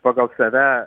pagal save